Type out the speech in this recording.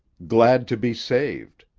glad to be saved.